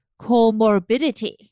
comorbidity